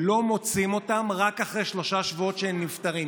לא מוצאים אותם, רק שלושה שבועות אחרי שהם נפטרים.